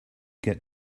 get